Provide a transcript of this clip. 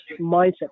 mindset